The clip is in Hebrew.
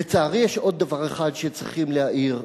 לצערי, יש עוד דבר אחד שצריכים להעיר.